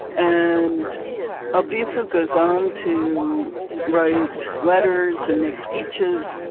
and albizu goes on to write letters and make speeches.